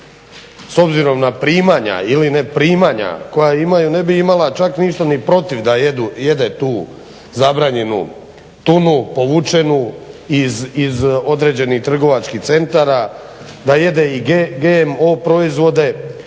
s obzirom na primanja ili ne primanja koja imaju, ne bi imala čak ništa ni protiv da jede tu zabranjenu tunu, povučenu iz određenih trgovačkih centara, da jede i GMO proizvode